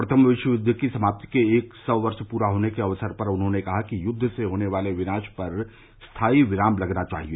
प्रथम विश्वयुद्व की समाप्ति के एक सौ वर्ष पूरे होने के अवसर पर उन्होंने कहा कि युद्व से होने वाले विनाश पर स्थाई विराम लगना चाहिए